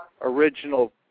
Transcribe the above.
Original